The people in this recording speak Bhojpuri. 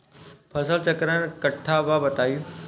फसल चक्रण कट्ठा बा बताई?